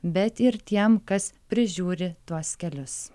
bet ir tiem kas prižiūri tuos kelius